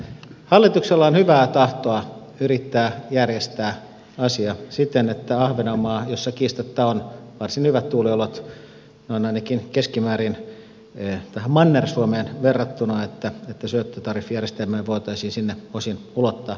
hallituksella on hyvää tahtoa yrittää järjestää asia siten että ahvenanmaalle missä kiistatta on varsin hyvät tuuliolot noin ainakin keskimäärin tähän manner suomeen verrattuna syöttötariffijärjestelmää voitaisiin osin ulottaa